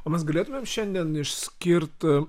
o mes galėtumėm šiandien išskirt